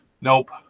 Nope